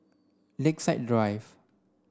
Lakeside Drive